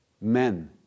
Men